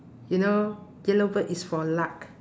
you know yellow bird is for luck